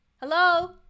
Hello